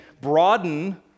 broaden